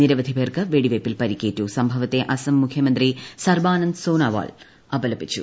നിരവധി പേർക്ക് പ്പെട്ടിവെയ്പ്പിൽ പരിക്കേറ്റു സംഭവത്തെ അസം മൂഖ്യമൃന്തി സർബാനന്ദ് സോനോവാൾ അപലപിച്ചു